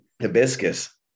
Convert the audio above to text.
Hibiscus